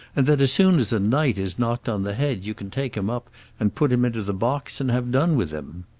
and that as soon as a knight is knocked on the head you can take him up and put him into the box and have done with him.